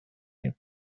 ایم